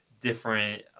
different